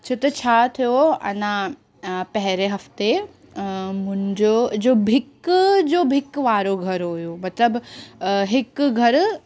छो त छा थियो अञा पहिरें हफ़्ते मुंहिंजो जो भिक जो भिक वारो घर हुओ मतलबु हिकु घर